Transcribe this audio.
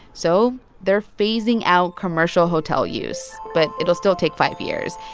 so they're phasing out commercial hotel use, but it'll still take five years.